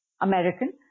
American